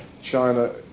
China